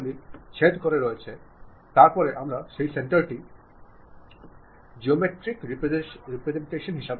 മിക്ക ഓർഗനൈസേഷനുകൾക്കും അവർക്ക് ചില ഇൻട്രാ കമ്മ്യൂണിക്കേഷൻ ഉണ്ടാവും